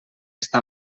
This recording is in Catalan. està